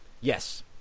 Yes